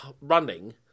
running